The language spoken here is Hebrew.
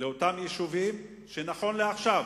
לאותם יישובים שנכון לעכשיו,